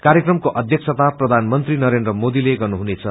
कार्यक्रमको अध्यक्षता प्रधानमंत्री नरेन्द्र मोदीले गर्नुहुनेछ